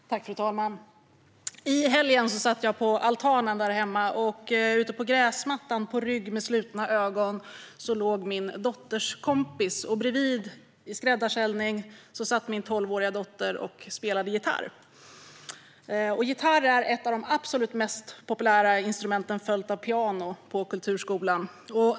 Fru talman! I helgen satt jag på altanen där hemma. Ute på gräsmattan låg min dotters kompis på rygg med slutna ögon. Bredvid i skräddarställning satt min tolvåriga dotter och spelade gitarr. Gitarr är ett av de absolut mest populära instrumenten, följt av piano, på kulturskolan.